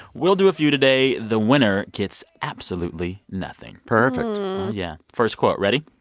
we'll do a few today. the winner gets absolutely nothing perfect yeah. first quote ready?